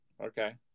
Okay